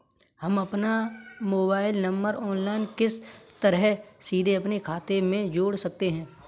हम अपना mobile number online किस तरह सीधे अपने खाते में जोड़ सकते हैं?